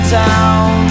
town